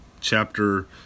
chapter